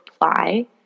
apply